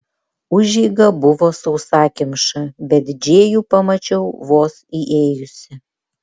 užeiga buvo sausakimša bet džėjų pamačiau vos įėjusi